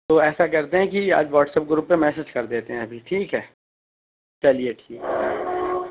تو ایسا کرتے ہیں کہ آج واٹسایپ گروپ پہ میسیج کر دیتے ہیں ابھی ٹھیک ہے چلیے ٹھیک